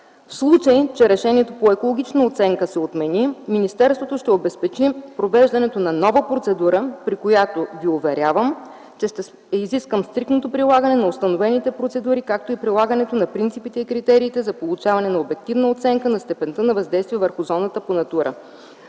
В случай, че решението по екологична оценка се отмени, министерството ще обезпечи провеждането на нова процедура, при която Ви уверявам, че ще изискам стриктното прилагане на установените процедури, както и прилагането на принципите и критериите за получаване на обективна оценка на степента на въздействие върху зоната по „Натура”.